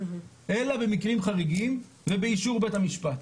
אלא במקרים חריגים ובאישור בית המשפט.